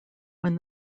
when